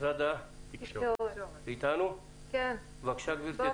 משרד התקשורת, בוקר טוב, גבירתי.